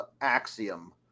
Axiom